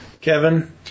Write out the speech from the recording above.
Kevin